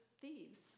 thieves